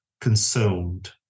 consumed